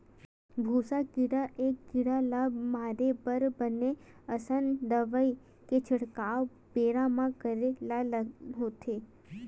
भूसा कीरा ए कीरा ल मारे बर बने असन दवई के छिड़काव बेरा म करे ले होथे